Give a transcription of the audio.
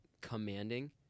commanding